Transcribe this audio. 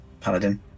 paladin